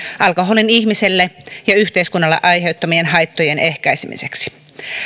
alkoholin ihmiselle ja yhteiskunnalle aiheuttamien haittojen ehkäisemiseksi